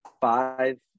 five